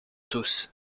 tous